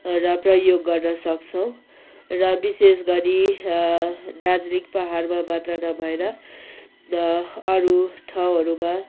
र प्रयोग गर्न सक्छौँ र विशेष गरी दार्जिलिङ पहाडमा मात्र नभएर अरू ठाउँहरूमा